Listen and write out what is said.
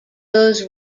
goes